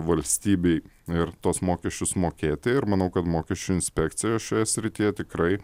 valstybei ir tuos mokesčius mokėti ir manau kad mokesčių inspekcija šioje srityje tikrai